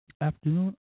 afternoon